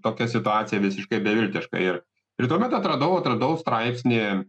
tokia situacija visiškai beviltiška ir ir tuomet atradau atradau straipsnį